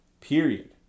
period